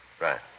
Right